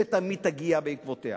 שתמיד תגיע בעקבותיה.